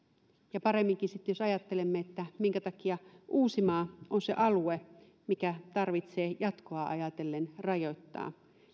ja paremminkin sitten jos ajattelemme minkä takia uusimaa on se alue mikä tarvitsee jatkoa ajatellen rajoittaa